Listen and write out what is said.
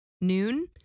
noon